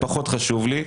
זה פחות חשוב לי.